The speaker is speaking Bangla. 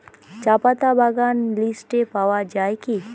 চাপাতা বাগান লিস্টে পাওয়া যায় কি?